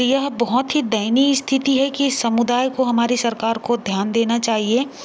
तो यह बहुत ही दयनीय स्थिति है की समुदाय को हमारे सरकार को ध्यान देना चाहिए